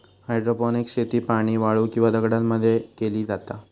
hydroponics शेती पाणी, वाळू किंवा दगडांमध्ये मध्ये केली जाता